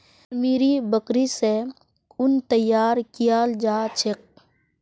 कश्मीरी बकरि स उन तैयार कियाल जा छेक